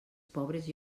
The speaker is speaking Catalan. pobres